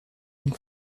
and